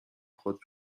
خود